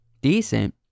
decent